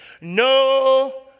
No